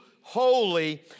holy